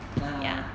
ah ah ah